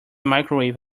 microwave